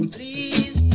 Please